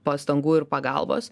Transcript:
pastangų ir pagalbos